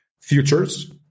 Futures